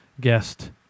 guest